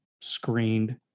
screened